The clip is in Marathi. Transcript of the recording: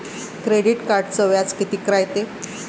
क्रेडिट कार्डचं व्याज कितीक रायते?